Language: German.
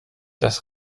das